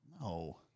No